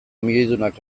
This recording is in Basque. milioidunak